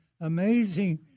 amazing